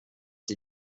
sie